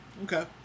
Okay